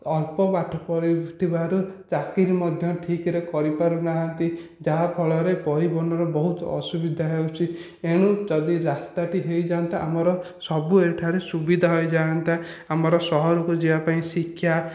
ଅଳ୍ପ ପାଠ ପଢ଼ୁଥିବାରୁ ଚାକିରୀ ମଧ୍ୟ ଠିକରେ କରିପାରୁନାହାନ୍ତି ଯାହାଫଳରେ ପରିବହନର ବହୁତ ଅସୁବିଧା ହେଉଛି ଏଣୁ ଯଦି ରାସ୍ତାଟି ହୋଇଯାନ୍ତା ଆମର ସବୁ ଏଠାରେ ସୁବିଧା ହୋଇଯାନ୍ତା ଆମର ସହରକୁ ଯିବା ପାଇଁ ଶିକ୍ଷା